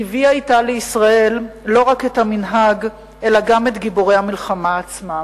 שהביאה עמה לישראל לא רק את המנהג אלא גם את גיבורי המלחמה עצמם,